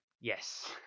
Yes